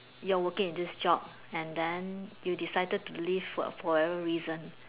your working in this job and then you decide to leave for whatever reason